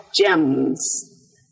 gems